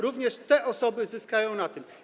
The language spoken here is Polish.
Również te osoby zyskają na tym.